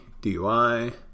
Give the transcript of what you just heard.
DUI